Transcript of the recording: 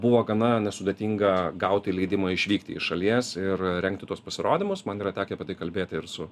buvo gana nesudėtinga gauti leidimą išvykti iš šalies ir rengti tuos pasirodymus man yra tekę apie tai kalbėti ir su